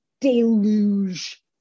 deluge